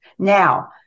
Now